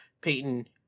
Peyton